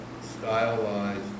stylized